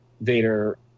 Vader